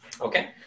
Okay